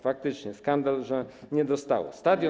Faktycznie, skandal, że nie dostali.